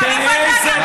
איפה אתה גר?